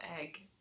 egg